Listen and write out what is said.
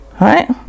Right